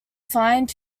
find